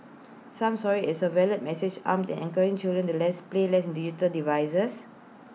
some saw IT as A veiled message aimed at encouraging children to play less digital devices